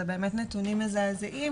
אלה באמת נתונים מזעזעים,